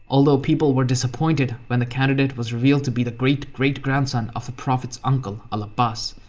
although, people were disappointed when the candidate was revealed to be the great great-grandson of the prophet's uncle, al-abbas.